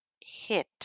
hit